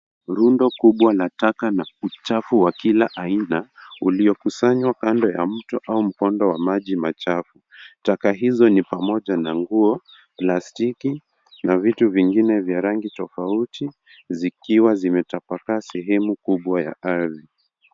Rundo kubwa la taka na uchafu wa kila aina uliokusanywa kando ya mto au mkondo wa maji machafu. Taka hizo ni pamoja na nguo, plastiki na vitu vingine vya rangi tofauti zikiwa zimetapakaa sehemu kubwa ya ardhi.